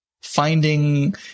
finding